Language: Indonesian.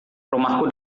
rumahku